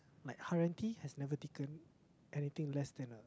like Haryanti has never taken anything less than a